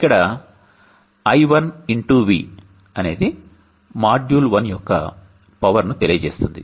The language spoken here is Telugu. ఇక్కడ I1 V అనేది మాడ్యూల్ 1 యొక్క పవర్ ను తెలియజేస్తుంది